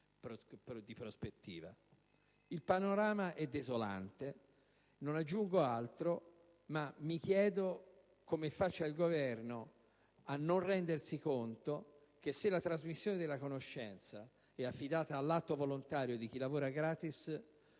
Il panorama è desolante. Non aggiungo altro; mi chiedo però come faccia il Governo a non rendersi conto che, se la trasmissione della conoscenza è affidata all'atto volontario di chi lavora gratis,